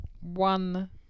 one